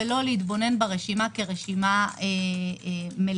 ולא להתבונן ברשימה כרשימה מלאה.